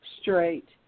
straight